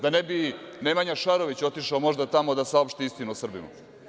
Da ne bi Nemanja Šarović otišao možda tamo da saopšti istinu o Srbima?